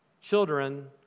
children